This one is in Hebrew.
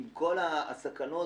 יום חמישי מגיע, אתה יודע.